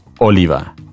Oliva